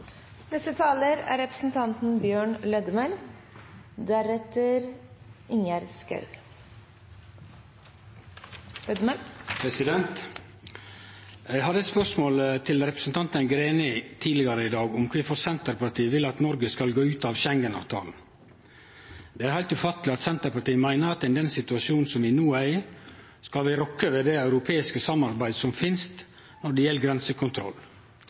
spørsmål til representanten Greni tidlegare i dag om kvifor Senterpartiet vil at Noreg skal gå ut av Schengen-avtalen. Det er heilt ufatteleg at Senterpartiet meiner at vi i den situasjonen vi no er i, skal rokke ved det europeiske samarbeidet som